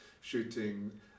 shooting